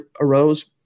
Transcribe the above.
arose